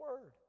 word